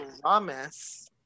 promise